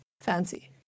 fancy